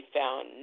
found